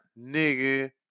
nigga